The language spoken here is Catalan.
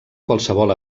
qualsevol